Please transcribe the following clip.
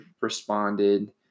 responded